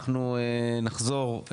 אנחנו נחזור,